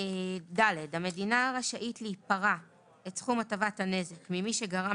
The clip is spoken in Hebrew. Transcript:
(ד) המדינה רשאית להיפרע את סכום הטבת הנזק ממי שגרם